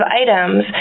items